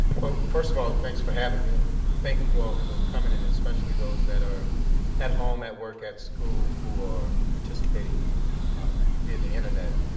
well, first of all, thanks for having me and thank you all for coming in, especially those that are at home, at work, at school, who are participating via the internet.